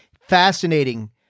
Fascinating